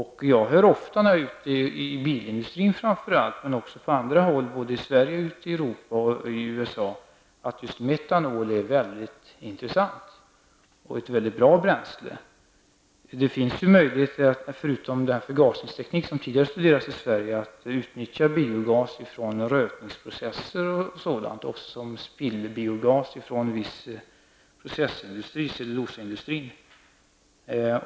Framför allt när jag besöker bilindustrin men även när jag befinner mig på andra håll i Sverige och ute i Europa och i USA, hör jag ofta sägas att just metanol är väldigt intressant och ett mycket bra bränsle. Det finns ju möjligheter att, förutom den förgasningsteknik som tidigare har studerats i Sverige, utnyttja biogas från rötningsprocesser och också spillbiogas från viss processindustri, från cellulosaindustri.